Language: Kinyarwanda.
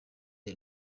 the